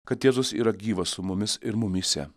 kad jėzus yra gyvas su mumis ir mumyse